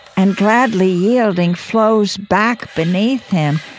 and, gladly yielding, flows back beneath him,